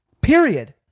Period